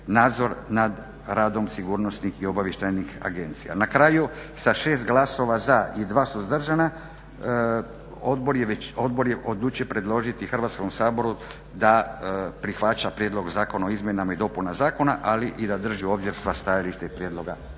nadzor nad radom sigurnosnih i obavještajnih agencija. Na kraju, sa 6 glasova za i 2 suzdržana odbor je odlučio predložiti Hrvatskom saboru da prihvaća prijedlog zakona o izmjenama i dopunama zakona ali i da drži … /Govornik se ne